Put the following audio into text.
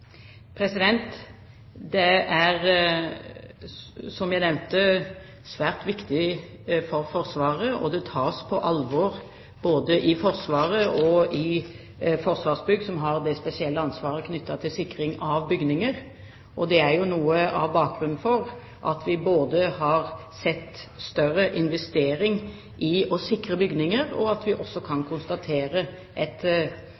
er, som jeg nevnte, svært viktig for Forsvaret, og det tas på alvor både i Forsvaret og i Forsvarsbygg, som har det spesielle ansvaret knyttet til sikring av bygninger. Det er jo noe av bakgrunnen for at vi både har større investering i å sikre bygninger, og at vi også kan konstatere et